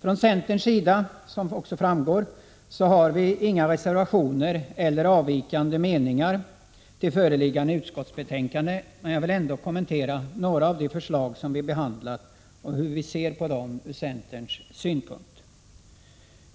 Från centerns sida har vi som framgår inga reservationer eller avvikande meningar i föreliggande utskottsbetänkande, men jag vill ändå kommentera några av de förslag som vi har behandlat och redogöra för hur vi ser på dessa ur centerns synpunkt.